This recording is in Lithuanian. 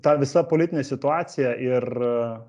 ta visa politinė situacija ir